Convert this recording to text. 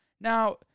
Now